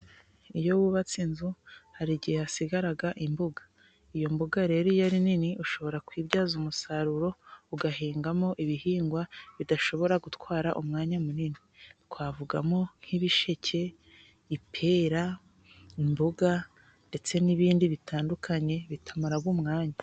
Iyo wubatse inzu hari igihe hasigara imbuga. Iyo mbuga rero yari nini ushobora kuyibyaza umusaruro ugahingamo ibihingwa bidashobora gutwara umwanya munini. Twavugamo nk'ibisheke, ipera, imbuga ndetse n'ibindi bitandukanye bitamara umwanya.